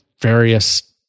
various